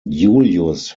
julius